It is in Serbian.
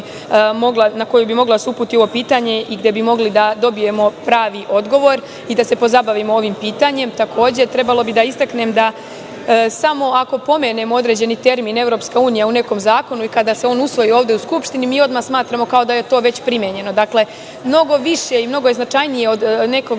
na koju bi moglo da se uputi ovo pitanje i gde bi mogli da dobijemo pravi odgovor i da se pozabavimo ovim pitanjem. Takođe, trebalo bi da istaknem da samo ako pomenemo određeni termin EU u nekom zakonu i kada se on usvoji ovde u Skupštini, mi odmah smatramo kao da je to već primenjeno. Dakle, mnogo više i mnogo značajnije od nekog